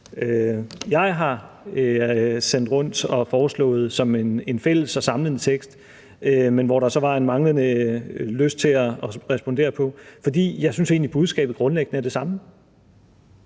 jeg har sendt rundt og foreslået som en fælles og samlende tekst, men som der var en manglende lyst til at respondere på; for jeg synes egentlig, at budskabet grundlæggende er det samme.